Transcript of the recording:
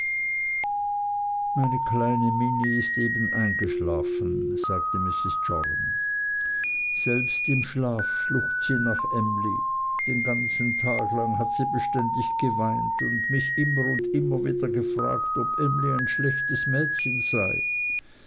meine kleine minnie ist eben eingeschlafen sagte sie selbst im schlaf schluchzt sie nach emly den ganzen tag lang hat sie beständig geweint und mich immer und immer wieder gefragt ob emly ein schlechtes mädches sei